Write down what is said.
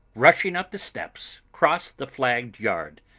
rushing up the steps, crossed the flagged yard,